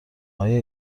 های